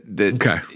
Okay